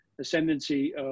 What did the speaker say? ascendancy